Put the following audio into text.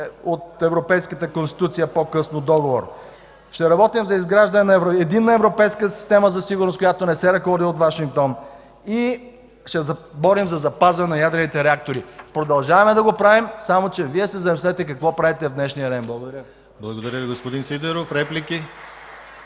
от Европейската Конституция с доклад; ще работим за изграждане на единна европейска система за сигурност, която не се ръководи от Вашингтон; ще се борим за запазване на ядрените реактори. Продължаваме да го правим, само че Вие се замислете какво правите в днешния ден. Благодаря. (Ръкопляскания от „Атака”.)